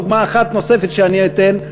דוגמה אחת נוספת שאני אתן,